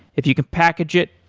if you can package it,